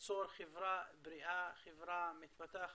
ליצור חברה בריאה, חברה מתפתחת.